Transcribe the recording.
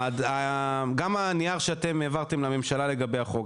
גם הנייר שאתם העברתם לממשלה לגבי החוק,